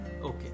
Okay